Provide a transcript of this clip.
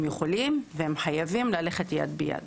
הם יכולים והם חייבים ללכת יד ביד.